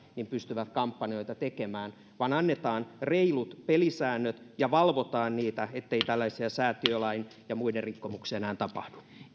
pystyvät kampanjoita tekemään vaan annetaan reilut pelisäännöt ja valvotaan niitä ettei tällaisia säätiölain ja muiden rikkomuksia enää tapahdu